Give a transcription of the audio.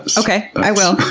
so okay, i will.